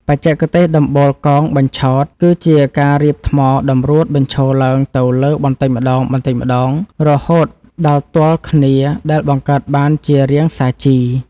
បច្ចេកទេសដំបូលកោងបញ្ឆោតគឺជាការរៀបថ្មតម្រួតបញ្ឈរឡើងទៅលើបន្តិចម្តងៗរហូតដល់ទល់គ្នាដែលបង្កើតបានជារាងសាជី។